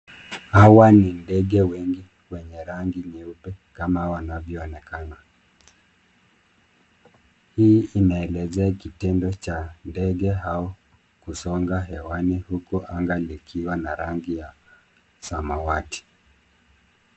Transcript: Hawa ni ndege wengi wenye rangi nyeupe kama wanavyoonekana. Hii inaelezea kitendo cha ndege hao kusonga hewani huku anga likiwa na rangi ya samawati.